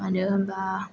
मानो होम्बा